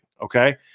Okay